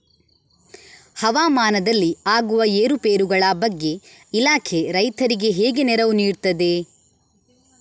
ಹವಾಮಾನದಲ್ಲಿ ಆಗುವ ಏರುಪೇರುಗಳ ಬಗ್ಗೆ ಇಲಾಖೆ ರೈತರಿಗೆ ಹೇಗೆ ನೆರವು ನೀಡ್ತದೆ?